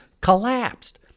collapsed